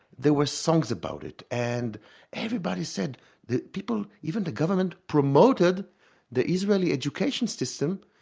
there were songs about it and everybody said that people, even the government, promoted the israeli education system,